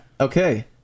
okay